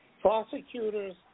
prosecutors